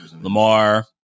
Lamar